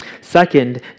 Second